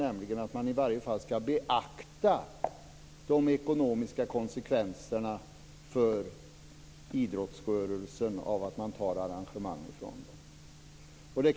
Det gäller då att man i varje fall skall beakta de ekonomiska konsekvenserna för idrottsrörelsen av att man tar arrangemang från den.